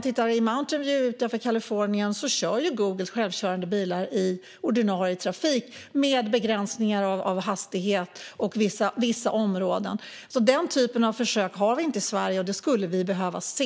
I Mountain View i Kalifornien kör Googles självkörande bilar i ordinarie trafik i vissa områden och med begränsningar av hastigheten. Den typen av försök har vi inte i Sverige, och det skulle vi behöva se.